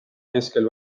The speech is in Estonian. keskel